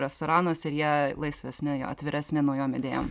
restoranuose ir jie laisvesni jo atviresni naujom idėjom